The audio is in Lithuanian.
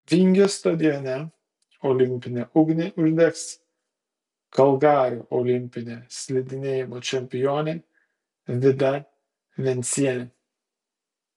vingio stadione olimpinę ugnį uždegs kalgario olimpinė slidinėjimo čempionė vida vencienė